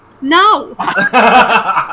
No